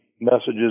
messages